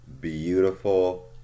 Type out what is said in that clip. beautiful